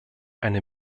eine